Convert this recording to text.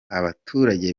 abaturage